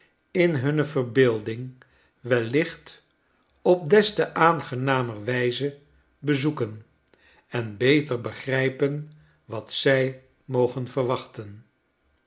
in hunne verbeelding wellicht op des te aangenamer wijze bezoeken en beter begrijpen wat zij mogen verwachten